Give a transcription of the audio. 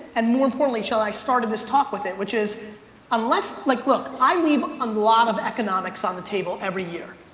and more importantly, shall i started this talk with it which is unless, like, look i leave a lot of economics on the table every year.